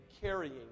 carrying